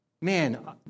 man